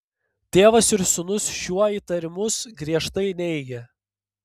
tėvas ir sūnus šiuo įtarimus griežtai neigia